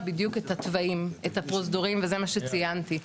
בדיוק את הצבעים את הפרוזדורים וזה מה שציינתי,